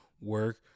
work